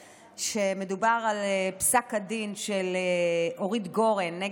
ומדובר על פסק הדין של אורית גורן נ'